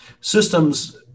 systems